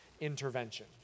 intervention